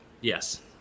yes